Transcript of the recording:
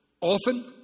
often